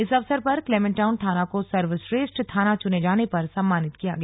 इस अवसर पर क्लेमेंटाउन थाना को सर्वश्रेष्ठ थाना चुने जाने पर सम्मानित किया गया